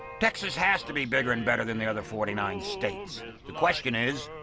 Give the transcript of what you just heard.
texas has to be bigger and better than the other forty nine states. the question is,